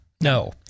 No